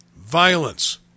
violence